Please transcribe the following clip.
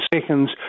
seconds